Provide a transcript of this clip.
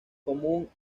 común